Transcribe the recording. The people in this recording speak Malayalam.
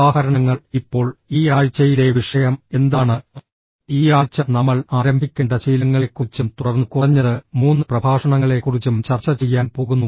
ഉദാഹരണങ്ങൾ ഇപ്പോൾ ഈ ആഴ്ചയിലെ വിഷയം എന്താണ് ഈ ആഴ്ച നമ്മൾ ആരംഭിക്കേണ്ട ശീലങ്ങളെക്കുറിച്ചും തുടർന്ന് കുറഞ്ഞത് മൂന്ന് പ്രഭാഷണങ്ങളെക്കുറിച്ചും ചർച്ച ചെയ്യാൻ പോകുന്നു